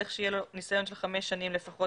צריך שיהיה לו ניסיון של חמש שנים לפחות